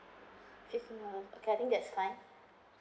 K I think that's fine